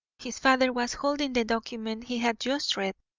his father was holding the document he had just read,